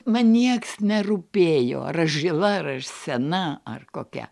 man nieks nerūpėjo ar aš žila ar aš sena ar kokia